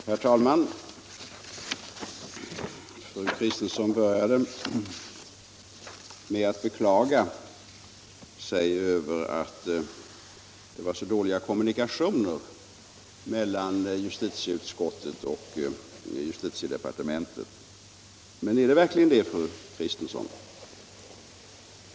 Herr talman! Fru Kristensson började med att beklaga sig över att kommunikationerna mellan justitieutskottet och justitiedepartementet var så dåliga. Men är de verkligen det, fru Kristensson?